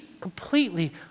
completely